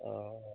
অঁ